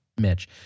Mitch